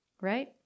right